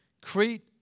Crete